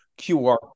QR